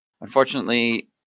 Unfortunately